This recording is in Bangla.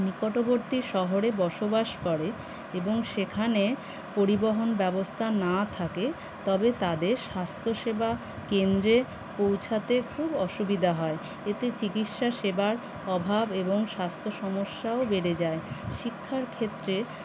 নিকটবর্তী শহরে বসবাস করে এবং সেখানে পরিবহন ব্যবস্থা না থাকে তবে তাদের স্বাস্থ্যসেবা কেন্দ্রে পৌঁছাতে খুব অসুবিধা হয় এতে চিকিৎসা সেবার অভাব এবং স্বাস্থ্য সমস্যাও বেড়ে যায় শিক্ষার ক্ষেত্রে